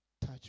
Touch